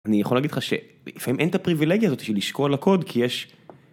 אני יכול להגיד לך שאין את הפריבילגיה הזאתי לשקוע לקוד כי יש.